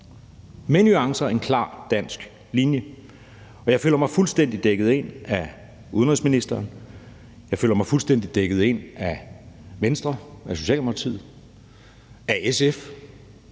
med nuancer, men en klar dansk linje. Jeg føler mig fuldstændig dækket ind af udenrigsministeren. Jeg føler mig indtil nu fuldstændig dækket ind af Venstre, af Socialdemokratiet, af SF,